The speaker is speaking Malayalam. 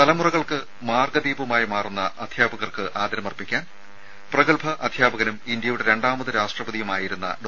തലമുറകൾക്ക് മാർഗ്ഗ ദീപമായി മാറുന്ന അധ്യാപകർക്ക് ആദരമർപ്പിക്കാൻ പ്രഗത്ഭ അധ്യാപകനും ഇന്ത്യയുടെ രണ്ടാമത് രാഷ്ട്രപതിയുമായിരുന്ന ഡോ